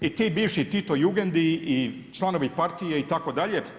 I ti bivši Tito jugendi i članovi partije itd.